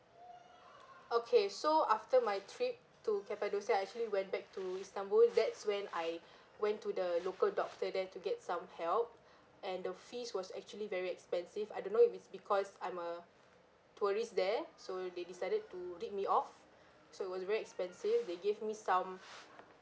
okay so after my trip to cappadocia I actually went back to istanbul that's when I went to the local doctor there to get some help and the fees was actually very expensive I don't know if it's because I'm a tourist there so they decided to rip me off so it was very expensive they gave me some